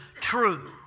true